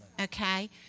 Okay